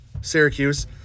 Syracuse